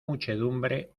muchedumbre